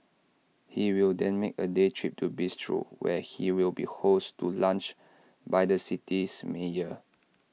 he will then make A day trip to Bristol where he will be hosted to lunch by the city's mayor